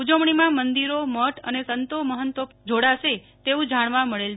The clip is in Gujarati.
ઉજવણીમાં મંદિરો મઠ અને સંતો મહંતો પણ જોડાશે તેવું જાણવા મળેલ છે